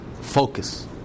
focus